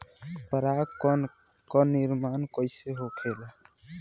पराग कण क निर्माण कइसे होखेला?